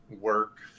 work